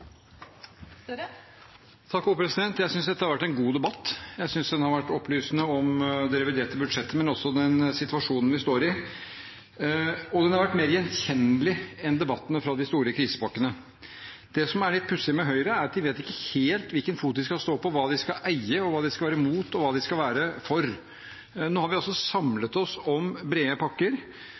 Jeg synes dette har vært en god debatt. Jeg synes den har vært opplysende om det reviderte budsjettet, men også om den situasjonen vi står i. Og den har vært mer gjenkjennelig enn debattene om de store krisepakkene. Det som er litt pussig med Høyre, er at de ikke vet helt hvilken fot de skal stå på, hva de skal eie, og hva de skal være mot og hva de skal være for. Nå har vi altså samlet oss om brede pakker.